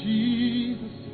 Jesus